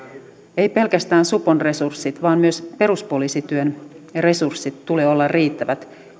ei pelkästään supon resurssien vaan myös peruspoliisityön resurssien tulee olla riittävät